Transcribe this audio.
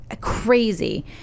crazy